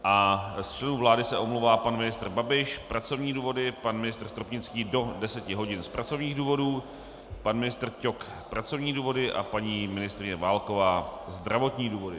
Z členů vlády se omlouvá pan ministr Babiš pracovní důvody, pan ministr Stropnický do 10 hodin z pracovních důvodů, pan ministr Ťok pracovní důvody a paní ministryně Válková zdravotní důvody.